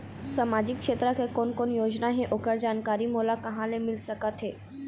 सामाजिक क्षेत्र के कोन कोन योजना हे ओकर जानकारी मोला कहा ले मिल सका थे?